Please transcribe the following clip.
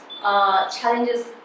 challenges